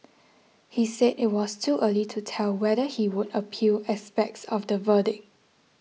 he said it was too early to tell whether he would appeal aspects of the verdict